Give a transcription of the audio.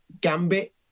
Gambit